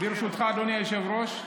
ברשותך, אדוני היושב-ראש,